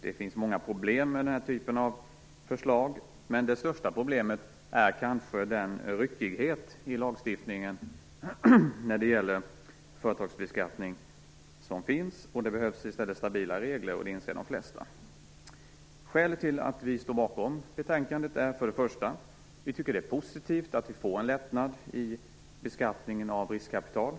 Det finns många problem med den här typen av förslag, men det största problemet är kanske den ryckighet som finns i lagstiftningen om företagsbeskattning. Det behövs i stället stabila regler, vilket de flesta inser. Skälen till att vi står bakom betänkandet är följande: För det första tycker vi att det är positivt att det blir en lättnad i beskattningen av riskkapital.